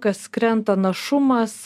kas krenta našumas